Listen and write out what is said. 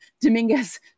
Dominguez